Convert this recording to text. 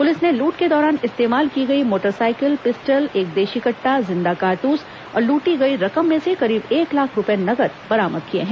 police ने लूट के दौरान इस्तेमाल की गई मोटर सायकल पिस्टल एक देशी कट्टा जिंदा कारतूस और लूटी गयी रकम में से करीब एक लाख रुपये नकद बरामद किए हैं